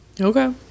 Okay